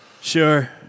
sure